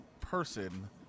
person –